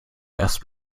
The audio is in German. erst